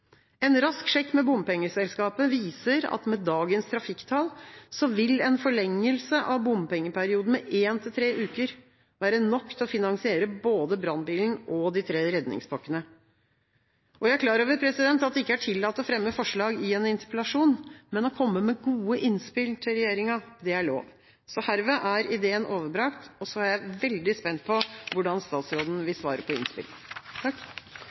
En rask sjekk med bompengeselskapet viser at med dagens trafikktall vil en forlengelse av bompengeperioden med en–tre uker være nok til å finansiere både brannbilen og de tre redningspakkene. Jeg er klar over at det ikke er tillatt å fremme forslag i en interpellasjon, men å komme med gode innspill til regjeringen er lov. Herved er ideen overbrakt. Jeg er veldig spent på hvordan statsråden vil svare på